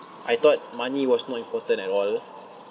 I thought money was more important at all